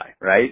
right